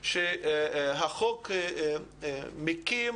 שהחוק מקים